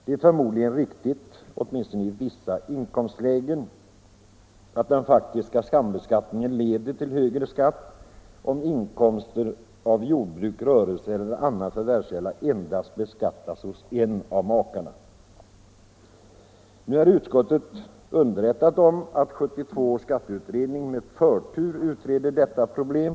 Det är förmodligen riktigt — åtminstone i vissa inkomstlägen — att den faktiska sambeskattningen leder till högre skatt om inkomst av jordbruk, rörelse eller annan förvärvskälla endast beskattas hos en av makarna. Nu är utskottet underrättat om att 1972 års skatteutredning med förtur utreder detta problem.